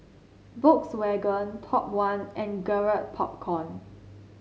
Volkswagen Top One and Garrett Popcorn